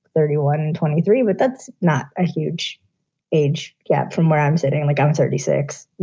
thirty one and twenty three. but that's not a huge age gap from where i'm sitting. and like, i'm thirty six. you